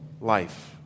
life